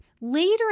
later